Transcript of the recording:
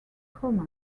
coma